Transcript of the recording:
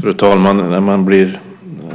Fru talman! När man blir